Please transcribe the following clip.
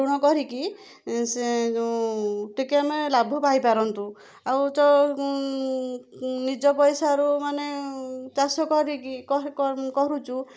ଋଣ କରିକି ସେ ଯେଉଁ ଟିକେ ଆମେ ଲାଭ ପାଇପାରନ୍ତୁ ଆଉ ତ ନିଜ ପଇସାରୁ ମାନେ ଚାଷ କରିକି କରୁଛୁ